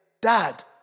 Dad